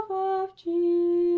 of jesus